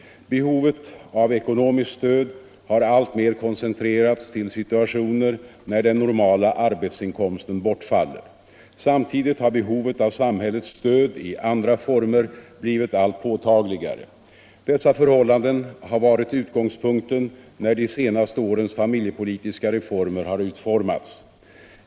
Behovet av ekonomiskt stöd har alltmer koncentrerats till situationer när den normala arbetsinkomsten bortfaller. Samtidigt har behovet av samhällets stöd i andra former blivit allt påtagligare. Dessa förhållanden har varit utgångspunkten när de senaste årens familjepolitiska reformer har utformats.